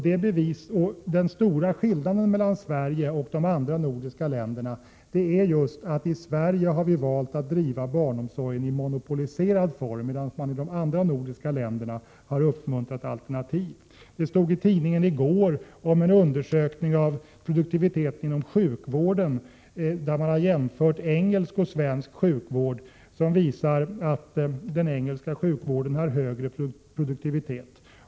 Den största skillnaden mellan Sverige och de andra nordiska länderna är just att vi i Sverige har valt att driva barnomsorgen i monopoliserad form, medan man i de andra länderna har uppmuntrat alternativ. Det stod i tidningen i går om en undersökning som jämförde produktiviteten inom engelsk resp. svensk sjukvård. Den visar att den engelska sjukvården har högre produktivitet.